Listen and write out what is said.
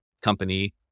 company